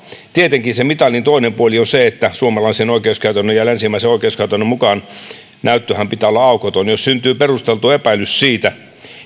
tietenkin se mitalin toinen puoli on se että suomalaisen ja länsimaisen oikeuskäytännön mukaanhan näytön pitää olla aukoton jos syntyy perusteltu epäilys siitä